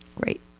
Great